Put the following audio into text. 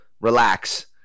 relax